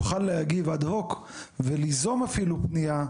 ויוכל להגיב אד הוק וליזום אפילו פנייה,